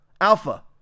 alpha